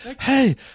Hey